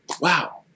Wow